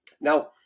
Now